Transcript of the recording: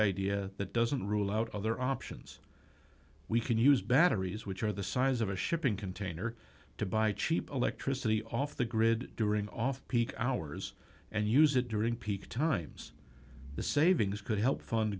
idea that doesn't rule out other options we can use batteries which are the size of a shipping container to buy cheap electricity off the grid during off peak hours and use it during peak times the savings could help fund